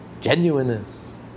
genuineness